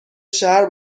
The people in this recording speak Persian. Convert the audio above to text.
شهر